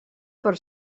per